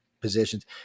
positions